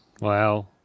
Wow